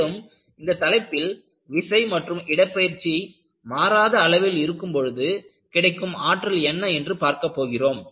மேலும் இந்த தலைப்பில் விசை மற்றும் இடப்பெயர்ச்சி மாறாத அளவில் இருக்கும் பொழுது கிடைக்கும் ஆற்றல் என்ன என்று பார்க்கப் போகிறோம்